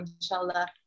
inshallah